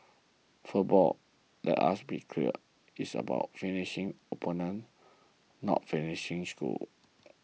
football let us be clear is about finishing opponents not finishing schools